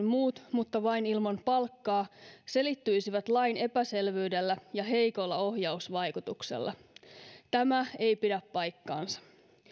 muut mutta vain ilman palkkaa selittyisivät lain epäselvyydellä ja heikolla ohjausvaikutuksella tämä ei pidä paikkaansa